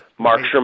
Markstrom